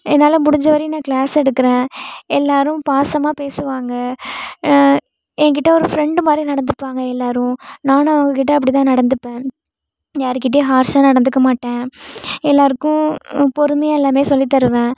என்னால் முடிஞ்ச வரையும் நான் க்ளாஸ் எடுக்கிறேன் எல்லோரும் பாசமாக பேசுவாங்க எங்கிட்டே ஒரு ஃப்ரெண்டு மாதிரி நடந்துப்பாங்க எல்லோரும் நானும் அவங்ககிட்ட அப்படி தான் நடந்துப்பேன் யாருக்கிட்டேயும் ஹார்ஷாக நடந்துக்க மாட்டேன் எல்லோருக்கும் பொறுமையாக எல்லாமே சொல்லி தருவேன்